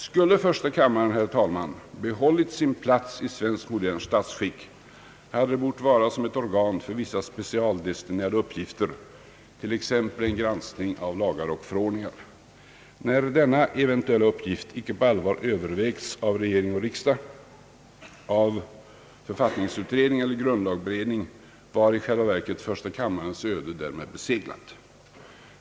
Skulle första kammaren, herr talman, behållit någon plats i svenskt modernt statsskick hade det bort vara som ett organ för vissa specialdestinerade uppgifter, t.ex. en granskning av lagar och förordningar. När denna eventuella uppgift icke på allvar övervägts av regering och riksdag, av författningsutredning eller grundlagberedning, var i själva verket första kammarens öde därmed beseglat.